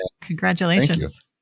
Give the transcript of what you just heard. Congratulations